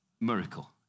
Miracle